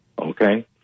okay